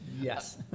Yes